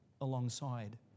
alongside